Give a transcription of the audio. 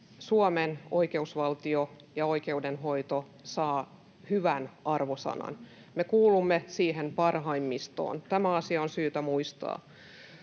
Suomen oikeusvaltio ja oikeudenhoito saa hyvän arvosanan, me kuulumme siihen parhaimmistoon. Tämä asia on syytä muistaa.